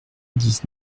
dix